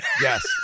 Yes